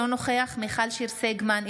אינו נוכח מיכל שיר סגמן,